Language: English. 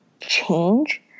change